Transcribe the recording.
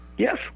Yes